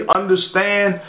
understand